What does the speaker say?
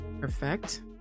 perfect